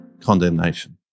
condemnation